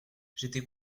j’étais